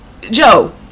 Joe